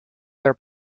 their